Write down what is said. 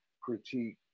critique